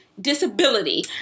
disability